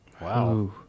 Wow